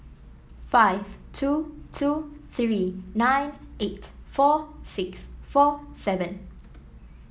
five two two three nine eight four six four seven